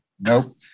Nope